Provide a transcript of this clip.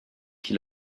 qui